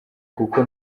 kuko